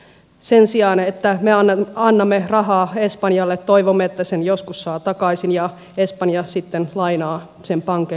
sen sijaan me annamme rahaa espanjalle toivomme että sen joskus saa takaisin ja espanja sitten lainaa sen pankeille eteenpäin